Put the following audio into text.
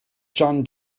jon